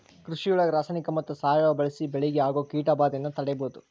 ಕೃಷಿಯೊಳಗ ರಾಸಾಯನಿಕ ಮತ್ತ ಸಾವಯವ ಬಳಿಸಿ ಬೆಳಿಗೆ ಆಗೋ ಕೇಟಭಾದೆಯನ್ನ ತಡೇಬೋದು